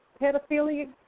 pedophilia